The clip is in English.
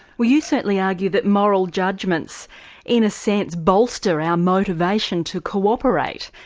well, you certainly argue that moral judgements in a sense bolster our motivation to cooperate,